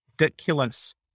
ridiculous